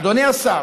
אדוני השר,